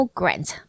grant